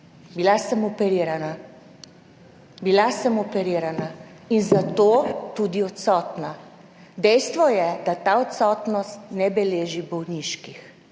Bila sem operirana, bila sem operirana in zato tudi odsotna. Dejstvo je, da ta odsotnost ne beleži bolniških,